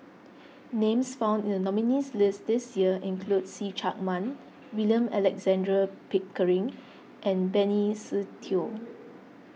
names found in the nominees' list this year include See Chak Mun William Alexander Pickering and Benny Se Teo